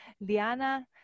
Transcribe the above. Liana